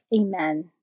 Amen